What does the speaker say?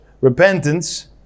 Repentance